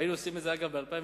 היינו עושים את זה, אגב, ב-2009,